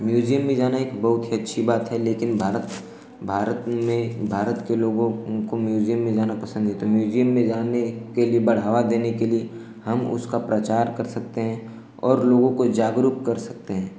museum में जाना एक बहुत ही अच्छी बात है लेकिन भारत भारत में भारत के लोगों को म्यूज़ियम में जाना पसन्द नहीं है तो म्यूज़ियम में जाने के लिए बढ़ावा देने के लिए हम उसका प्रचार कर सकते हैं और लोगों को जागरूक कर सकते हैं